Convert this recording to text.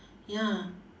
ya